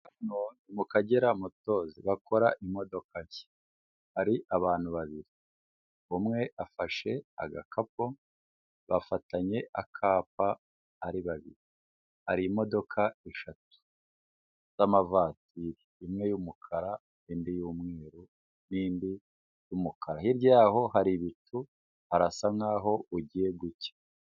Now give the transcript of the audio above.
Mu Kagera motos bakora imodoka nshya hari abantu babiri umwe afashe agakapu bafatanye akapa ari babiri hari imodoka eshatu z'amavatiri imwe y'umukara indi y'umweru n'indi y'umukara hirya y'aho hari ibicu harasa nkaho bugiye gucya.